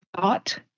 thought